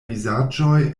vizaĝoj